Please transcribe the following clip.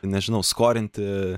nežinau skolinti